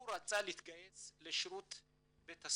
הוא רצה להתגייס לשב"ס,